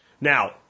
Now